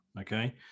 okay